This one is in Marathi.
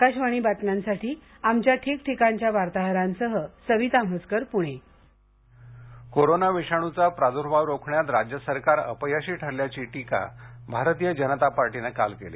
आकाशवाणी बातम्यांसाठी आमच्या ठिकठिकाणच्या वार्ताहरांसह सविता म्हसकर पुणे भाजप कोरोना विषाणूचा प्रादुर्भाव रोखण्यात राज्य सरकार अपयशी ठरल्याची टीका भारतीय जनता पक्षानं काल केली